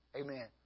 Amen